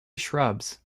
shrubs